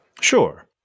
Sure